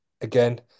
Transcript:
again